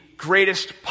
greatest